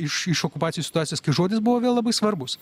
iš iš okupacijos situacijos kai žodis buvo vėl labai svarbus